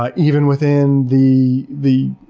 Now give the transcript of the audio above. but even within the the